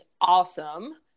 awesome